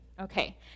Okay